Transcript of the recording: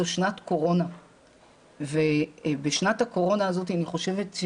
זו שנת קורונה ובשנת הקורונה הזאת אני חושבת,